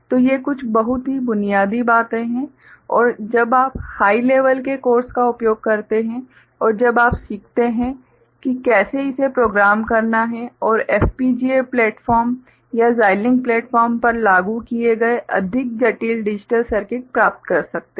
तो ये कुछ बहुत ही बुनियादी बातें हैं और जब आप हाइ लेवल के कोर्स का उपयोग करते हैं और जब आप सीखते हैं कि कैसे इसे प्रोग्राम करना है और FPGA प्लेटफॉर्म या Xilinx प्लेटफॉर्म पर लागू किए गए अधिक जटिल डिजिटल सर्किट प्राप्त करते है